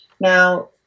Now